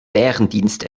bärendienst